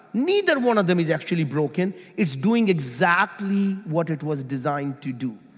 neither one of them is actually broken, it's doing exactly what it was designed to do.